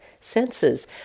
senses